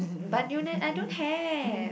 but you ne~ I don't have